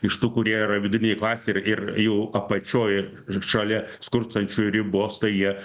iš tų kurie yra vidurinėj klasėj ir ir jau apačioj šalia skurstančių ribos tai jie